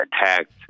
attacked